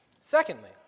Secondly